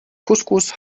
couscous